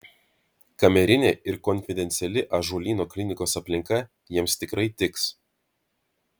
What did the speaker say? kamerinė ir konfidenciali ąžuolyno klinikos aplinka jiems tikrai tiks